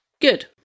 good